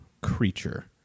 creature